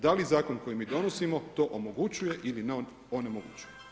Da li zakon koji mi donosimo to omogućuje ili onemogućuju.